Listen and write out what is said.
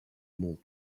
more